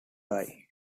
die